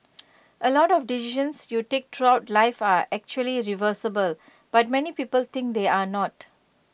A lot of decisions you take throughout life are actually reversible but many people think they're not